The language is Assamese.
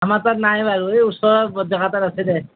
আমাৰ তাত নাই বাৰু এই ওচৰৰ বৰ ডেকাৰ তাত আছে দে